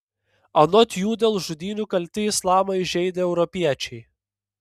anot jų dėl žudynių kalti islamą įžeidę europiečiai